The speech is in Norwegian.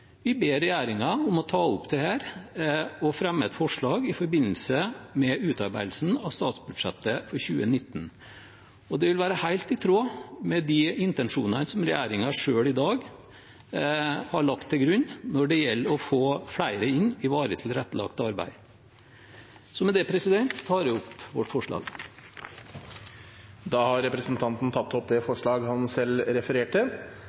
Vi ber regjeringen om å ta opp dette og fremme et forslag i forbindelse med utarbeidelsen av statsbudsjettet for 2019. Og det vil være helt i tråd med de intensjonene som regjeringen selv i dag har lagt til grunn når det gjelder å få flere inn i varig tilrettelagt arbeid. Med det tar jeg opp vårt forslag. Representanten Steinar Reiten har tatt opp det forslaget han refererte